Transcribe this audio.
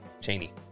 Cheney